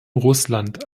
russland